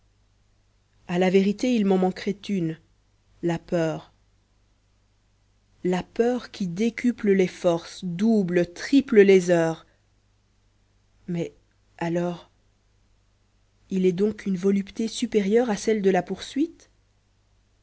à la vérité il m'en manquerait une la peur la peur qui décuple les forces double triple les heures mais alors il est donc une volupté supérieure à celle de la poursuite